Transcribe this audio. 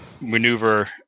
maneuver